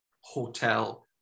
hotel